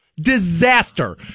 Disaster